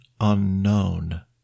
unknown